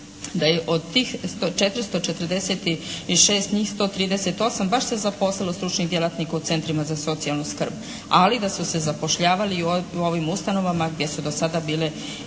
Da je od tih 446 njih 138 baš se zaposlilo stručnih djelatnika u centrima za socijalnu skrb, ali da su se zapošljavali i u ovim ustanovama gdje su do sada bile i